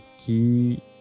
key